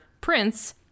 Prince